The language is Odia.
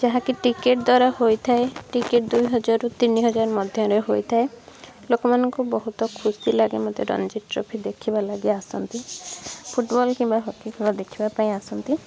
ଯାହାକି ଟିକେଟ୍ ଦ୍ଵାରା ହୋଇଥାଏ ଟିକେଟ୍ ଦୁଇ ହଜାରରୁ ତିନି ହଜାର ମଧ୍ୟରେ ହୋଇଥାଏ ଲୋକମାନଙ୍କୁ ବହୁତ ଖୁସି ଲାଗେ ମଧ୍ୟ ରଣଜି ଟ୍ରଫି ଦେଖିବା ଲାଗି ଆସନ୍ତି ଫୁଟ୍ବଲ୍ କିମ୍ବା ହକି ଖେଳ ଦେଖିବା ପାଇଁ ଆସନ୍ତି